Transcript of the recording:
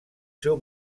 seu